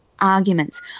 arguments